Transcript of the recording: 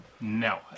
No